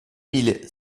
mille